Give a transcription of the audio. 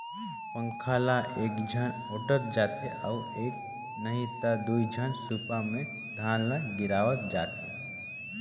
पंखा ल एकझन ओटंत जाथे अउ एक नही त दुई झन सूपा मे धान ल गिरावत जाथें